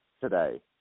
today